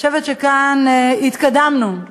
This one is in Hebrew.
אני חושבת שכאן התקדמנו.